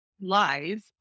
live